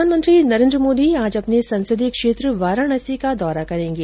प्रधानमंत्री नरेन्द्र मोदी आज अपने संसदीय क्षेत्र वाराणसी का दौरा करेंगे